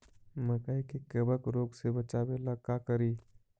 मकई के कबक रोग से बचाबे ला का करि?